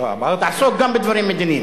תעסוק גם בדברים מדיניים.